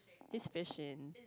he's fishing